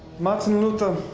martin luther,